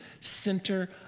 center